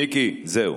מיקי, זהו.